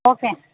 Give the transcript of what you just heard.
okay